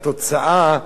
בתוצאה,